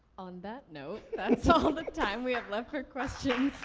on that note, that's all the time we have left for questions.